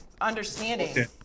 understanding